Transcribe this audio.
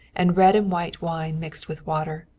and red and white wine mixed with water.